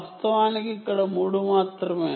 వాస్తవానికి అక్కడ 3 మాత్రమే